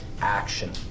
action